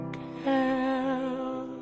care